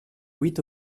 huit